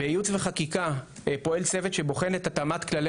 בייעוץ וחקיקה פועל צוות שבוחן את התאמת כללי